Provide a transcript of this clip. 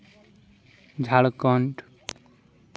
Jharkhand